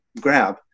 grab